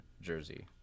jersey